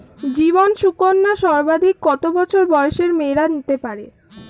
জীবন সুকন্যা সর্বাধিক কত বছর বয়সের মেয়েরা নিতে পারে?